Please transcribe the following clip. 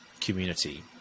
community